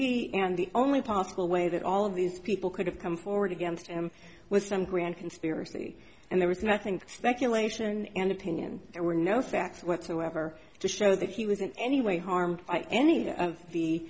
be and the only possible way that all of these people could have come forward against him was some grand conspiracy and there was nothing speculation and opinion there were no facts whatsoever to show that he was in any way harmed i anyway the